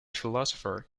philosopher